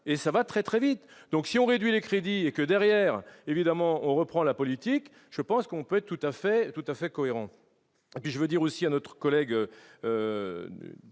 et ça va très très vite, donc si on réduit les crédits et que derrière, évidemment, on reprend la politique, je pense qu'on peut être tout à fait, tout à fait cohérent, je veux dire aussi à notre collègue